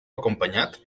acompanyat